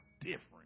different